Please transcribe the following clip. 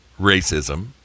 racism